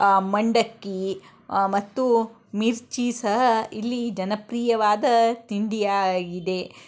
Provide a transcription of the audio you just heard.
ಮಂಡಕ್ಕಿ ಮತ್ತು ಮಿರ್ಚಿ ಸಹ ಇಲ್ಲಿ ಜನಪ್ರಿಯವಾದ ತಿಂಡಿಯಾಗಿದೆ